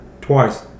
twice